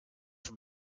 from